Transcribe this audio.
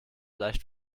leicht